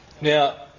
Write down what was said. Now